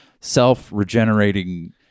self-regenerating